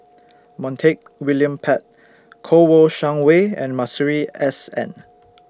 Montague William Pett Kouo Shang Wei and Masuri S N